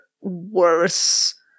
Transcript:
worse